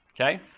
okay